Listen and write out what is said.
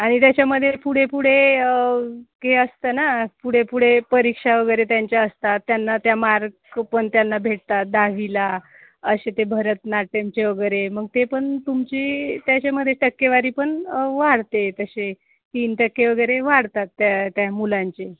आणि त्याच्यामध्ये पुढे पुढे हे असतं ना पुढे पुढे परीक्षा वगैरे त्यांच्या असतात त्यांना त्या मार्क पण त्यांना भेटतात दहावीला असे ते भरतनाट्यमचे वगैरे मग ते पण तुमची त्याच्यामध्ये टक्केवारी पण वाढते तसे तीन टक्के वगैरे वाढतात त्या त्या मुलांचे